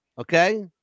Okay